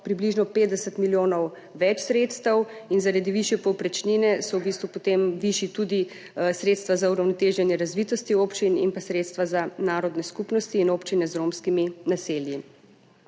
približno 50 milijonov več sredstev. In zaradi višje povprečnine so v bistvu potem višja tudi sredstva za uravnoteženje razvitosti občin in pa sredstva za narodne skupnosti in občine z romskimi naselji.